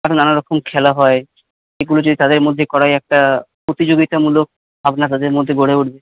আরো নানরকম খেলা হয় এগুলি যদি তাদের মধ্যে করা যায় একটা প্রতিযোগিতামূলক ভাবনা তাদের মধ্যে গড়ে উঠবে